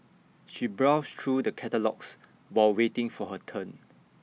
she browsed through the catalogues while waiting for her turn